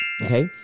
Okay